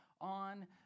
on